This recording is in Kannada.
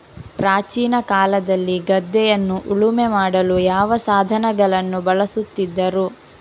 ಪ್ರಾಚೀನ ಕಾಲದಲ್ಲಿ ಗದ್ದೆಯನ್ನು ಉಳುಮೆ ಮಾಡಲು ಯಾವ ಸಾಧನಗಳನ್ನು ಬಳಸುತ್ತಿದ್ದರು?